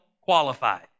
qualified